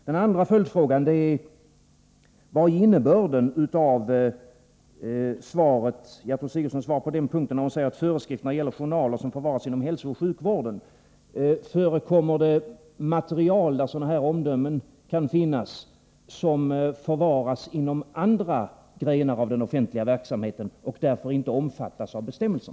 Den andra följdfrågan är: Vad är innebörden av följande mening i Gertrud Sigurdsens svar: ”Föreskrifterna gäller journaler som förvaras inom hälsooch sjukvården”? Förekommer det material där sådana här omdömen kan finnas som förvaras inom andra grenar av den offentliga verksamheten och därför inte omfattas av dessa bestämmelser?